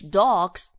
dogs